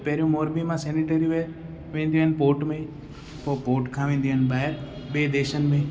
पहिरियों मोर्बी मां सेनेटरीवेयर वेंदियूं आहिनि पोर्ट में पो पोर्ट खां वेंदियूं आहिनि ॿाहिरि ॿिए देशनि में